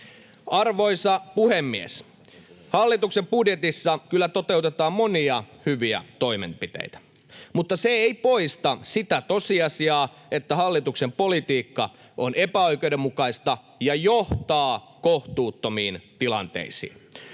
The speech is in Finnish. Arvoisa puhemies! Hallituksen budjetissa kyllä toteutetaan monia hyviä toimenpiteitä, mutta se ei poista sitä tosiasiaa, että hallituksen politiikka on epäoikeudenmukaista ja johtaa kohtuuttomiin tilanteisiin.